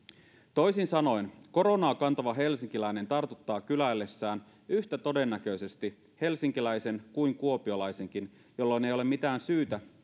toisin sanoen koronaa kantava helsinkiläinen tartuttaa kyläillessään yhtä todennäköisesti helsinkiläisen kuin kuopiolaisenkin jolloin ei ole mitään syytä